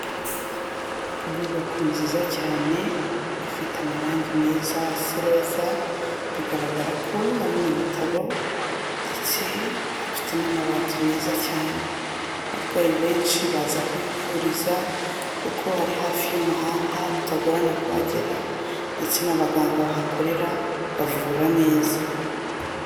Inyubako nziza cyane ifite amarangi meza asa iroza bigaragara ko ari mu bitaro ndetse afite n'amabati meza cyane, abarwayi benshi baza kwivuriza kuko ari hafi y'umuhanda bitagorana kuhagera ndetse n'abaganga bahakorera bavura neza.